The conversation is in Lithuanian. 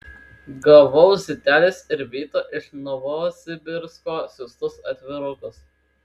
gavau zitelės ir vyto iš novosibirsko siųstus atvirukus